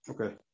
Okay